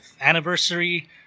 anniversary